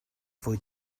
fwy